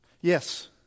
Yes